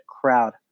crowd